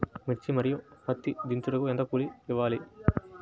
మిర్చి మరియు పత్తి దించుటకు ఎంత కూలి ఇవ్వాలి?